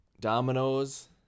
Dominoes